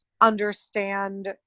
understand